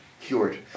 cured